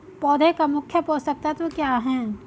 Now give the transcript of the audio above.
पौधे का मुख्य पोषक तत्व क्या हैं?